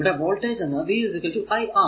ഇവിടെ വോൾടേജ് എന്നത് v iR